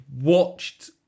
watched